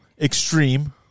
Extreme